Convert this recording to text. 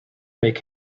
make